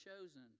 chosen